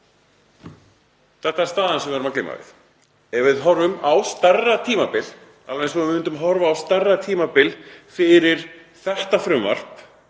Þetta er staðan sem við erum að glíma við. Ef við horfum á stærra tímabil alveg eins og við myndum horfa á stærra tímabil fyrir þetta frumvarp,